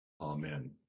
Amen